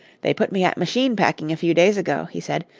they put me at machine-packing a few days ago, he said,